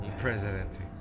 presidency